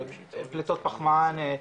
פליטת פחמן,